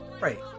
Right